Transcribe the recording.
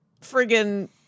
friggin